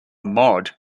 mod